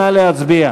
נא להצביע.